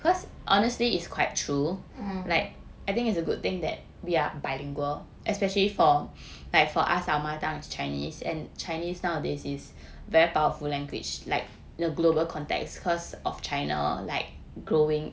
mm